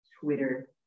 Twitter